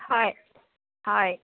হয় হয়